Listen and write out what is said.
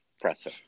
Presser